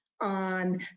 on